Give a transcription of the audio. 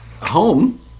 home